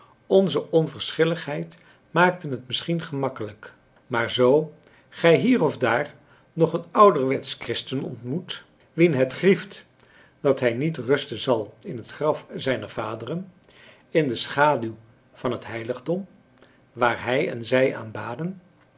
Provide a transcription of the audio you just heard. onze onverschilligheid maakte het misschien gemakkelijk maar zoo gij hier of dààr nog een ouderwetsch christen ontmoet wien het grieft dat hij niet rusten zal in het graf zijner vaderen in de schaduw van het heiligdom waar hij en zij